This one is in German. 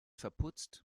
verputzt